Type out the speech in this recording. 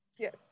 Yes